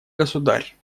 государь